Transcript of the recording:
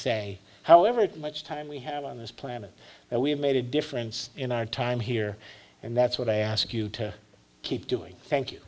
say however that much time we have on this planet and we have made a difference in our time here and that's what i ask you to keep doing thank you